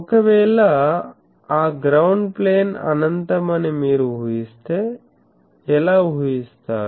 ఒకవేళ ఆ ground plane అనంతం అని మీరు ఊహిస్తే ఎలా ఊహిస్తారు